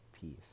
peace